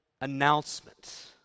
announcement